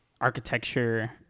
architecture